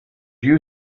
you